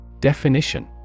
Definition